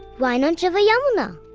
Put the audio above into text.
why not river yamuna.